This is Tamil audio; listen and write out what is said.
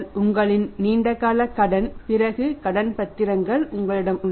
உங்களின் நீண்ட கடன் பிறகு கடன் பத்திரங்கள் உங்களிடம் உள்ளன